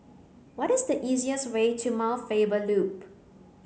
what is the easiest way to Mount Faber Loop